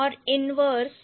तो कौन किसका इन्वर्स है